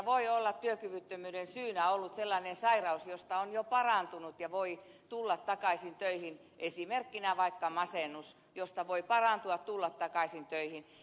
voi olla että siellä on työkyvyttömyyden syynä ollut sellainen sairaus josta on jo parantunut ja voi tulla takaisin töihin esimerkkinä vaikka masennus josta voi parantua tulla takaisin töihin